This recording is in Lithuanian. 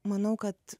manau kad